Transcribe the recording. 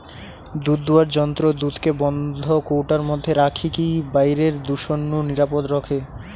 দুধদুয়ার যন্ত্র দুধকে বন্ধ কৌটার মধ্যে রখিকি বাইরের দূষণ নু নিরাপদ রখে